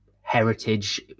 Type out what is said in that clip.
heritage